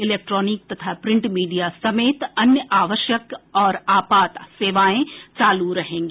electronic तथा print media समेत अन्य आवश्यक और आपात सेवाएं चालू रहेंगी